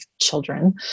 children